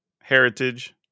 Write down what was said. heritage